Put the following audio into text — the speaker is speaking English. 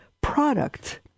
product